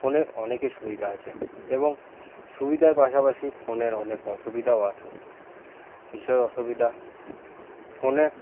ফোনের অনেকই সুবিধা আছে এবং সুবিধার পাশাপাশি ফোনের অনেক অসুবিধাও আছে কিসের অসুবিধা ফোনে